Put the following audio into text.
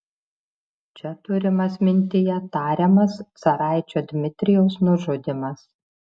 čia turimas mintyje tariamas caraičio dmitrijaus nužudymas